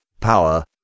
power